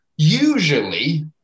usually